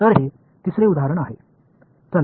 तर हे तिसरे उदाहरण आहे